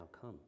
come